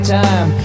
time